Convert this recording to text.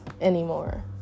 anymore